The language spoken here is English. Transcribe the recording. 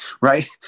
right